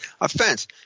offense